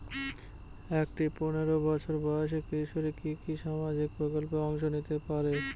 একটি পোনেরো বছর বয়সি কিশোরী কি কি সামাজিক প্রকল্পে অংশ নিতে পারে?